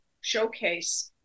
showcase